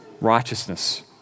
righteousness